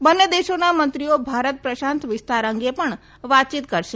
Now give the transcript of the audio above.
બંને દેશોના મંત્રીઓ ભારત પ્રશાંત વિસ્તાર અંગે પણ વાતચીત કરશે